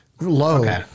Low